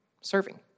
Serving